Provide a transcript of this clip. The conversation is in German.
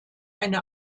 eine